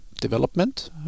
development